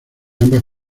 ambas